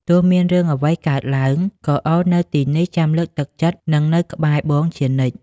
ទោះមានរឿងអ្វីកើតឡើង ក៏អូននៅទីនេះចាំលើកទឹកចិត្ត និងនៅក្បែរបងជានិច្ច។